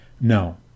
no